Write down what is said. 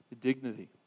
dignity